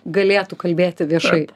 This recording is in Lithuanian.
galėtų kalbėti viešai